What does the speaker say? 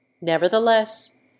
Nevertheless